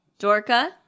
Dorka